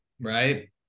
right